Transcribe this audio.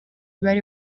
bari